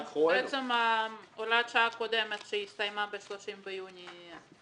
הוראת השעה הקודמת שהסתיימה ב-30 ביוני,